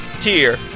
tier